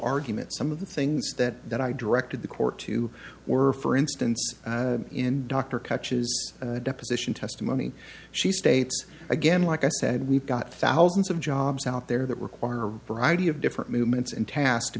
argument some of the things that that i directed the court to were for instance in dr catches deposition testimony she states again like i said we've got thousands of jobs out there that require a variety of different movements and task to